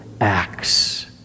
acts